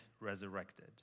resurrected